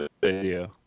video